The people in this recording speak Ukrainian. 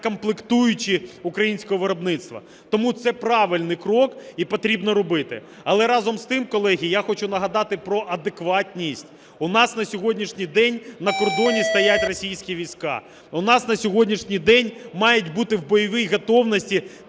комплектуючі українського виробництва. Тому це правильний крок і потрібно робити. Але, разом з тим, колеги, я хочу нагадати про адекватність. У нас на сьогоднішній день на кордоні стоять російські війська. У нас на сьогоднішній день мають бути в бойовій готовності